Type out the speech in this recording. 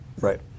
Right